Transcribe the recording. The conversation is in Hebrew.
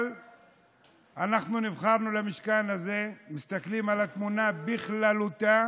אבל אנחנו נבחרנו למשכן הזה ומסתכלים על התמונה בכללותה,